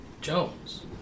Jones